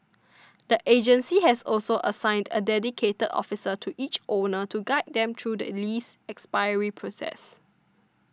the agency has also assigned a dedicated officer to each owner to guide them through the lease expiry process